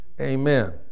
Amen